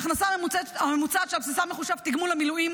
ההכנסה הממוצעת שעל בסיסה מחושב תגמול המילואים